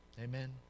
Amen